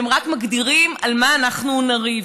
והם רק מגדירים על מה אנחנו נריב,